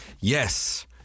Yes